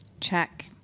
Check